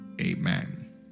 Amen